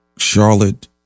Charlotte